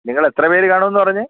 നിങ്ങൾ എത്ര പേര് കാണും എന്ന് പറഞ്ഞ്